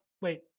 wait